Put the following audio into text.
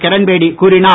கிரண்பேடி கூறினார்